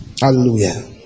Hallelujah